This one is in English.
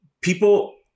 People